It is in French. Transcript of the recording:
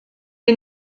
est